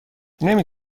نمی